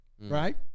Right